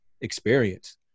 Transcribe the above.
experience